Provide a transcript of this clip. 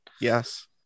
Yes